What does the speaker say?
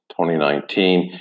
2019